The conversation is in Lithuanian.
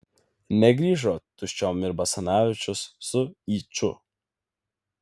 negrįžo tuščiom ir basanavičius su yču